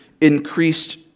increased